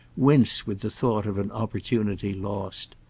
wince with the thought of an opportunity lost.